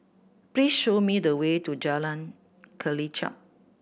please show me the way to Jalan Kelichap